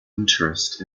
interest